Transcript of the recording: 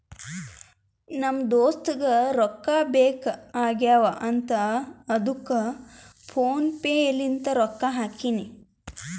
ನಮ್ ದೋಸ್ತುಗ್ ರೊಕ್ಕಾ ಬೇಕ್ ಆಗೀವ್ ಅಂತ್ ಅದ್ದುಕ್ ಫೋನ್ ಪೇ ಲಿಂತ್ ರೊಕ್ಕಾ ಹಾಕಿನಿ